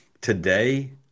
today